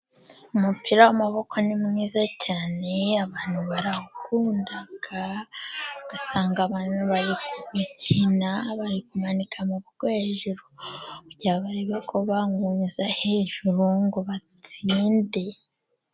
Umupira w'amaboko ni mwiza cyane, abantu barawukunda ugasanga abantu bari gukina, bari kumanika amaboko hejuru, kugira ngo barebe ko bawunnyuza hejuru kugira ngo batsinde.